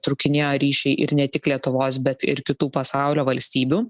trūkinėjo ryšiai ir ne tik lietuvos bet ir kitų pasaulio valstybių